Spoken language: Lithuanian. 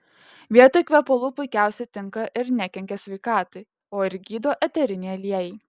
vietoj kvepalų puikiausiai tinka ir nekenkia sveikatai o ir gydo eteriniai aliejai